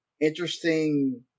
interesting